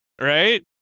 Right